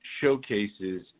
showcases